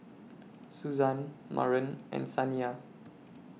Suzan Maren and Saniya